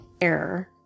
error